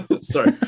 Sorry